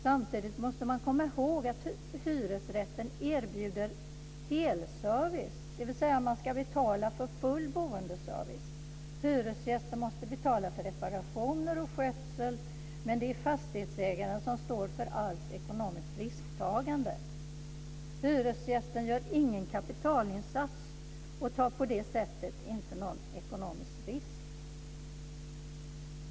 Samtidigt måste man komma ihåg att hyresrätten erbjuder "helservice", dvs. man ska betala för full boendeservice. Hyresgästen måste betala för reparationer och skötsel, men det är fastighetsägaren som står för allt ekonomiskt risktagande. Hyresgästen gör ingen kapitalinsats och tar på det sättet inte någon ekonomisk risk.